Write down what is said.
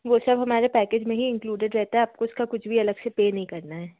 वो सब हमारे पैकेज में ही इन्क्लूडेड रहता है आपको उसका कुछ भी अलग से पे नहीं करना है